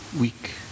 week